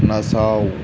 nassau